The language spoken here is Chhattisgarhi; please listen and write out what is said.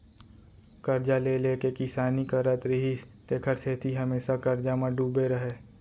करजा ले ले के किसानी करत रिहिस तेखर सेती हमेसा करजा म डूबे रहय